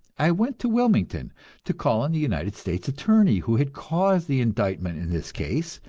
i went to wilmington to call on the united states attorney who had caused the indictment in this case,